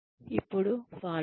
ఇప్పుడు follow up